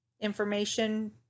information